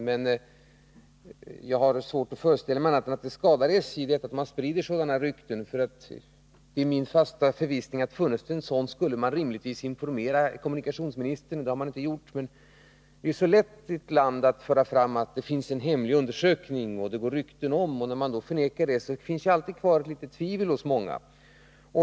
Men jag har svårt att föreställa mig annat än att det skadar SJ att sådana här rykten sprids. Det är min fasta förvissning att om det fanns någon sådan utredning, skulle SJ ha informerat kommunikationsministern. Och det har man alltså inte gjort. Det är så lätt att i ett land föra fram att det finns en hemlig undersökning och säga att det går rykten. När man förnekar sådana uppgifter finns det alltid kvar ett litet tvivel hos många.